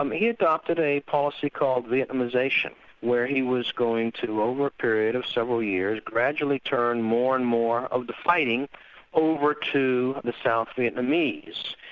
um he adopted a policy called vietnamisation where he was going to, over a period of several years, gradually turn more and more of the fighting over to the south vietnamese,